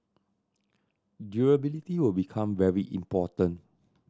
durability will become very important